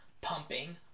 pumping